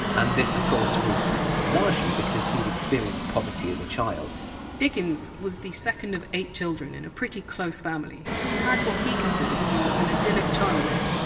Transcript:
and this of course was largely because he'd experienced poverty as a child dickens was the second of eight children in a pretty close family, and had what he considered to be an idyllic childhood.